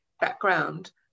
background